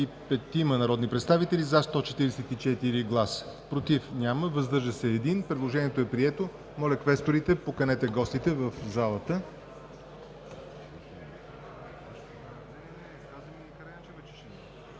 145 народни представители: за 144, против няма, въздържал се 1. Предложението е прието. Моля, квесторите, поканете гостите в залата.